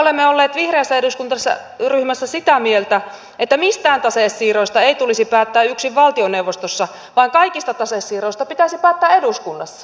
me olemme olleet vihreässä eduskuntaryhmässä sitä mieltä että mistään tasesiirroista ei tulisi päättää yksin valtioneuvostossa vaan kaikista tasesiirroista pitäisi päättää eduskunnassa